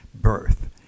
birth